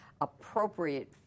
appropriate